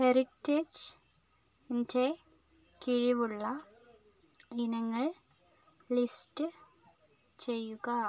heritage ന്റെ കിഴിവുള്ള ഇനങ്ങൾ ലിസ്റ്റ് ചെയ്യുക